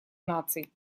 наций